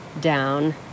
down